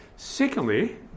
Secondly